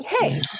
hey